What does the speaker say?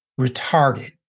retarded